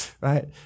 right